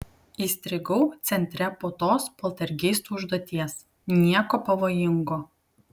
įstrigau centre po tos poltergeisto užduoties nieko pavojingo